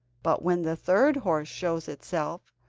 but when the third horse shows itself,